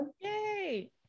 Yay